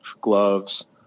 gloves